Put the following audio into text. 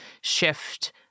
shift